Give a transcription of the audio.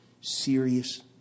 serious